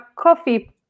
coffee